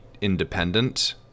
independent